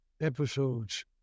episodes